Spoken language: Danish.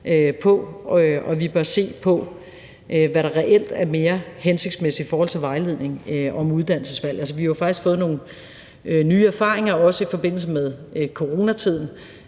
på, og vi bør se på, hvad der reelt er mere hensigtsmæssigt i forhold til vejledning om uddannelsesvalg. Altså, vi har faktisk fået nogle nye erfaringer, også i forbindelse med coronatiden,